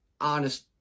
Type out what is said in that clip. honest